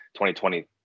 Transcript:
2020